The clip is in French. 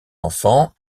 enfants